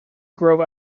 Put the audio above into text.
grow